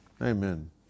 Amen